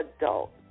adult